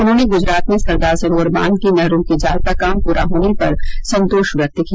उन्होंने गुजरात में सरदार सरोवर बांध की नहरों के जाल का काम पूरा होने पर संतोष व्यक्त किया